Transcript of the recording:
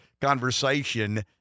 conversation